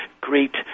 great